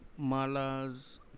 malas